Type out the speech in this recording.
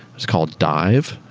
it's called dive.